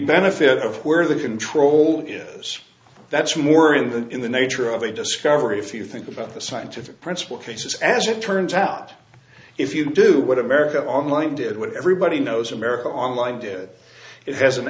benefit of where the control is that's more in the in the nature of a discovery if you think about the scientific principle case as it turns out if you do what america online did what everybody knows america online did it has an